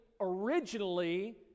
originally